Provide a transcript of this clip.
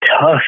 tough